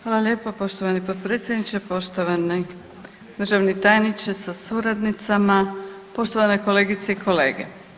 Hvala lijepo poštovani potpredsjedniče, poštovani državni tajniče sa suradnicama, poštovani kolegice i kolege.